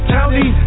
County